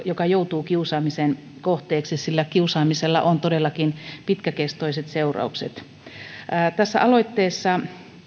joka joutuu kiusaamisen kohteeksi sillä kiusaamisella on todellakin pitkäkestoiset seuraukset tässä aloitteessa